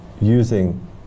using